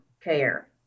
care